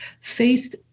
faith